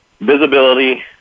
visibility